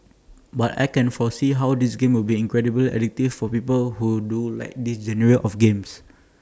but I can foresee how this game will be incredibly addictive for people who do like this genre of games